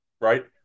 right